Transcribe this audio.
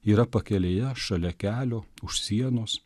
yra pakelėje šalia kelio už sienos